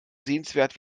sehenswert